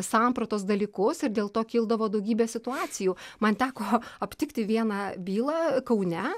sampratos dalykus ir dėl to kildavo daugybė situacijų man teko aptikti vieną bylą kaune